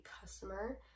customer